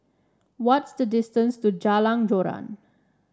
what is the distance to Jalan Joran